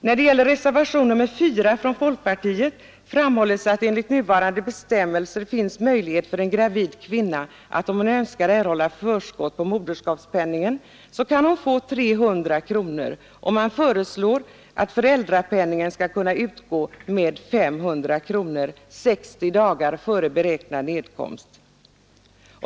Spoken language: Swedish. I reservationen 4 från folkpartiet framhålls att enligt nuvarande bestämmelser finns möjlighet för en gravid kvinna att, om hon så önskar, erhålla ett förskott på moderskapspenningen med 300 kronor. Man föreslår att ett förskott också på föräldrapenningen skall kunna utgå med 500 kronor 60 dagar före beräknad nedkomst.